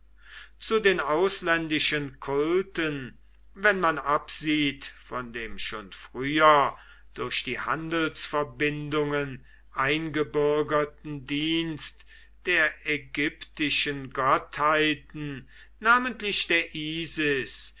zu den ausländischen kulten wenn man absieht von dem schon früher durch die handelsverbindungen eingebürgerten dienst der ägyptischen gottheiten namentlich der isis